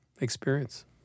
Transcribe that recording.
experience